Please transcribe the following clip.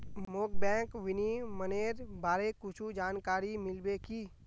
मोक बैंक विनियमनेर बारे कुछु जानकारी मिल्बे की